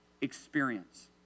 experience